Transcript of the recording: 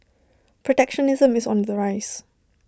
protectionism is on the rise